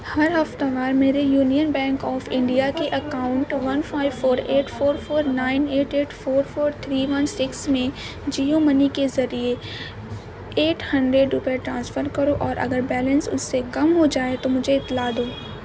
ہر ہفتہ وار میرے یونین بینک آف انڈیا کے account one five four eight four four nine eight eight four four three one six میں Jio money کے ذریعے ایٹ ہنڈریڈ روپے ٹرانسفر کرو اور اگر بیلنس اس سے کم ہو جائے تو مجھے اطلاع دو